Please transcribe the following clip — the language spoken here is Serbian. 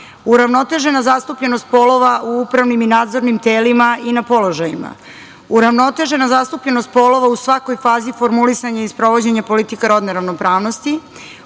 uravnotežena zastupljenost polova u upravnim i nadzornim telima i na položajima, uravnotežena zastupljenost polova u svakoj fazi formulisanja i sprovođenja politika rodne ravnopravnosti,